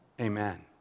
Amen